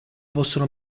possono